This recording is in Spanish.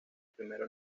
primera